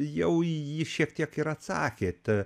jau į jį šiek tiek ir atsakėt